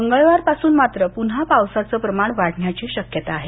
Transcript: मंगळवारपासून मात्र पून्हा पावसाचं प्रमाण वाढण्याची शक्यता आहे